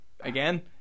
again